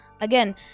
again